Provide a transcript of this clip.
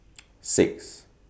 six